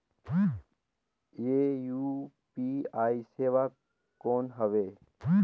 ये यू.पी.आई सेवा कौन हवे?